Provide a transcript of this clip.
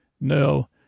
No